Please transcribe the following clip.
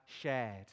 shared